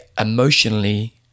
emotionally